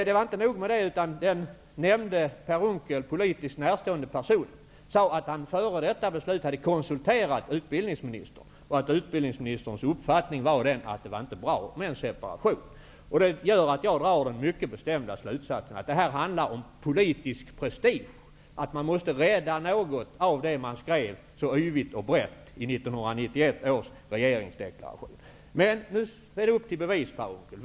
Men inte nog med det -- den nämnde Per Unckel politiskt närstående personen sade att han före beslutet hade konsulterat utbildningsministern och att utbildningsministerns uppfattning var att det inte var bra med en separation. Jag drar härav den mycket bestämda slutsatsen att det här handlar om politisk prestige. Man måste rädda något av det som man skrev så yvigt och brett om i 1991 års regeringsdeklaration. Upp till bevis, Per Unckel!